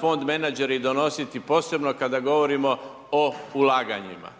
fondmenadžeri donositi posebno kada govorimo o ulaganjima.